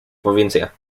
provincia